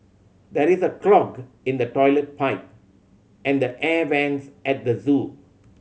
there is a clog in the toilet pipe and the air vents at the zoo